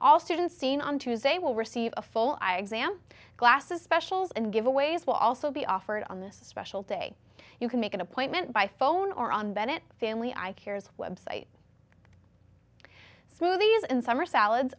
all students seen on tuesday will receive a full eye exam glasses specials and giveaways will also be offered on this special day you can make an appointment by phone or on bennett family i cures website smoothies and summer salads